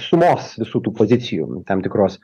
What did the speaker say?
sumos visų tų pozicijų tam tikros